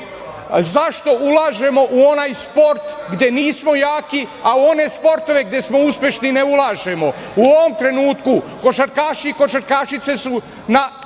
zašto ulažemo u onaj sport gde nismo jaki, a one sportove gde smo uspešni ne ulažemo?U ovom trenutku košarkaši i košarkašice su na